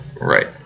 Right